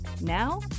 Now